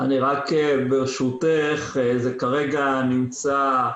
רק ברשותך, כרגע זה נמצא,